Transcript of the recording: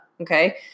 okay